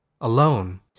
Alone